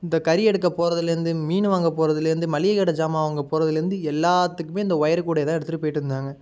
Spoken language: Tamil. இந்த கறி எடுக்க போறதுலேருந்து மீன் வாங்க போறதுலேருந்து மளிகை கடை ஜாமான் வாங்க போறதுலேருந்து எல்லாத்துக்குமே இந்த ஒயர் கூடையை தான் எடுத்திட்டு போயிட்டுருந்தாங்க